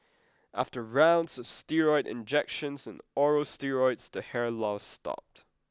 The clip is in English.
after rounds of steroid injections and oral steroids the hair loss stopped